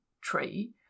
tree